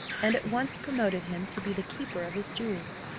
and at once promoted him to be the keeper of his jewels.